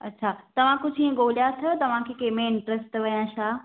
अच्छा तव्हां कुझु इएं ॻोल्हिया अथव तव्हां खे कंहिं में इंट्रेस्ट अथव या छा